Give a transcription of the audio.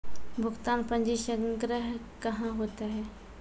भुगतान पंजी संग्रह कहां होता हैं?